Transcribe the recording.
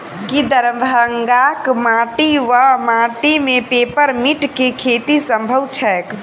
की दरभंगाक माटि वा माटि मे पेपर मिंट केँ खेती सम्भव छैक?